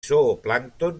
zooplàncton